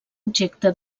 objecte